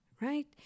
right